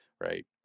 right